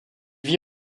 vit